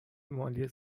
مالی